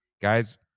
Guys